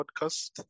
podcast